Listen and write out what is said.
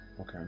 Okay